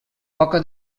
poca